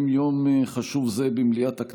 24, 28,